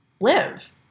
live